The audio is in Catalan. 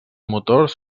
motors